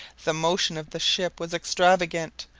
the motion of the ship was extravagant.